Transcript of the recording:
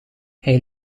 hij